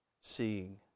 seeing